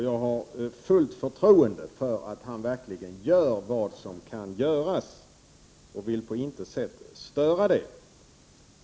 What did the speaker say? Jag har fullt förtroende för att han verkligen gör vad som kan göras och vill på intet sätt störa det.